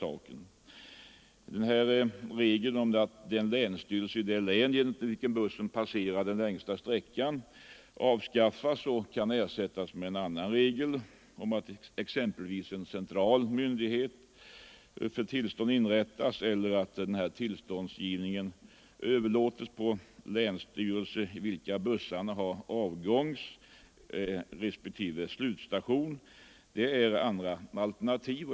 Regeln om att tillstånd lämnas av länsstyrelsen i det län i vilket bussen passerar den längsta sträckan skulle kunna avskaffas och ersättas med en annan regel, exempelvis att en central myndighet för tillståndsgivning inrättas eller att tillståndsgivningen överlåtes på den länsstyrelse i vilken bussarna har avgångsrespektive slutstation.